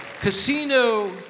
Casino